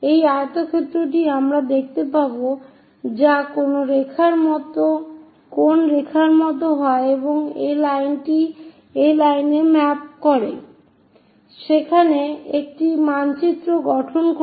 এই আয়তক্ষেত্রটি আমরা দেখতে পাব যা কোন রেখার মত হয় এবং এই লাইনটি এই লাইনে ম্যাপ করে সেখানে একটি মানচিত্র গঠন করে